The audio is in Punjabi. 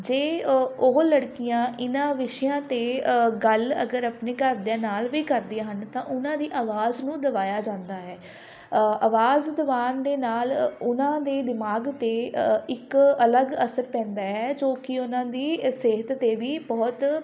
ਜੇ ਉਹ ਲੜਕੀਆਂ ਇਹਨਾਂ ਵਿਸ਼ਿਆਂ 'ਤੇ ਗੱਲ ਅਗਰ ਆਪਣੇ ਘਰਦਿਆਂ ਨਾਲ਼ ਵੀ ਕਰਦੀਆਂ ਹਨ ਤਾਂ ਉਹਨਾਂ ਦੀ ਆਵਾਜ਼ ਨੂੰ ਦਬਾਇਆ ਜਾਂਦਾ ਹੈ ਆਵਾਜ਼ ਦਬਾਉਣ ਦੇ ਨਾਲ਼ ਉਹਨਾਂ ਦੇ ਦਿਮਾਗ਼ 'ਤੇ ਇੱਕ ਅਲੱਗ ਅਸਰ ਪੈਂਦਾ ਹੈ ਜੋ ਕਿ ਉਹਨਾਂ ਦੀ ਸਿਹਤ 'ਤੇ ਵੀ ਬਹੁਤ